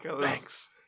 Thanks